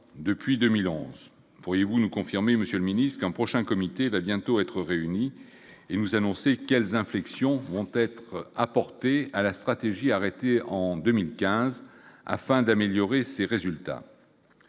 depuis 2 1000 ans, pourriez-vous nous confirmer, monsieur le ministre, un prochain comité va bientôt être réunis et nous annoncer quelles inflexions vont être apportés à la stratégie arrêtée en 2015 afin d'améliorer ses résultats.